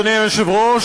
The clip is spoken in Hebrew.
אדוני היושב-ראש,